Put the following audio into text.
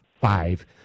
five